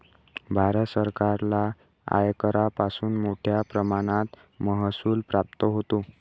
भारत सरकारला आयकरापासून मोठया प्रमाणात महसूल प्राप्त होतो